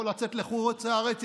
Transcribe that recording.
יכול לצאת לחוץ לארץ,